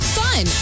fun